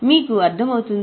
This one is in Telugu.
మీకు అర్థమవుతుందా